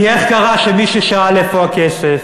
כי איך קרה שמי ששאל איפה הכסף